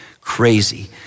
crazy